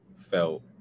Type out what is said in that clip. felt